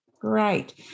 Great